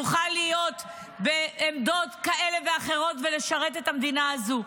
נוכל להיות בעמדות כאלה ואחרות ולשרת את המדינה הזו.